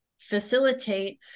facilitate